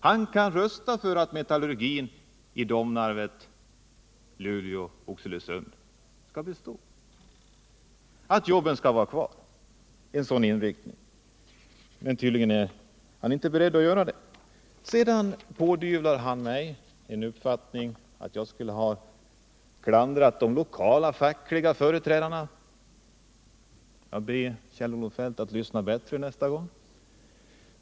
Han kan rösta för att metallurgin i Domnarvet, Luleå och Oxelösund skall bestå och jobben finnas kvar. Men tydligen är han inte beredd att göra det. Sedan pådyvlar Kjell-Olof Feldt mig att jag skulle ha klandrat de lokala fackliga företrädarna. Jag ber Kjell-Olof Feldt att lyssna bättre nästa gång.